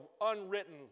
unwritten